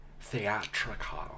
theatrical